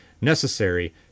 necessary